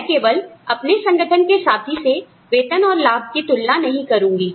मैं केवल अपने संगठन के साथी से वेतन और लाभ की तुलना नहीं करूंगी